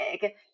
big